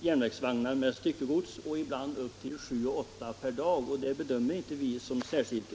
järnvägsvagnar med styckegods och ibland ända upp till sju eller åtta, och det bedömer inte vi som litet.